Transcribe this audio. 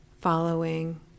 following